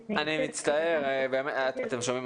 --- חייבים לראות גם את הדעות של האחר מתוך הבנה,